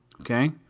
Okay